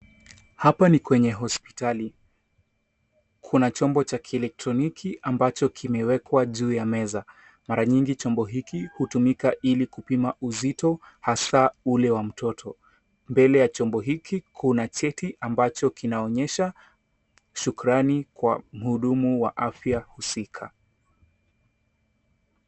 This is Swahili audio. Hapa ni kwenye hospitali, kuna chombo cha kielektroniki ambacho kimewekwa juu ya meza. Mara nyingi chombo hiki hutumika ili kupima uzito hasaa ule wa mtoto. Mbele ya chombo hiki kuna cheti ambacho kinaonyesha shukrani kwa mhudumu wa afya husika.